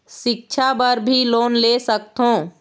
सिक्छा बर भी लोन ले सकथों?